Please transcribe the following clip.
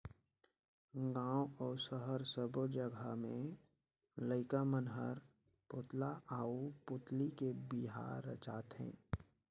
गांव अउ सहर सब्बो जघा में लईका मन हर पुतला आउ पुतली के बिहा रचाथे